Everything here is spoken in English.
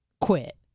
quit